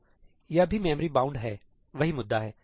तो यह भी मेमोरी बाउंड है वही मुद्दा है